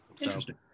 Interesting